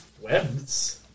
webs